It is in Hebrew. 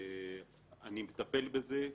אני מטפל בזה.